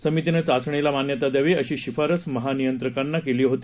समितीनं चाचणीला मान्यता द्यावी श्री शिफारस महानियंत्रकांना केली होती